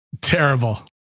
Terrible